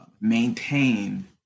maintain